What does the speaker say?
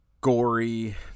gory